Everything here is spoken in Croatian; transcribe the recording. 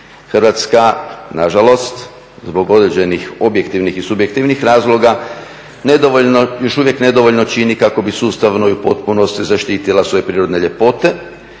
Hrvatska nažalost zbog određenih objektivnih i subjektivnih razloga još uvijek nedovoljno čini kako bi sustavno i u potpunosti zaštitila svoje prirodne ljepote